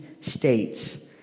states